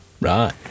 Right